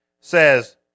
says